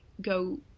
go